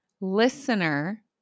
listener